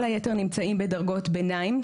כל היתר נמצאים בדרגות ביניים.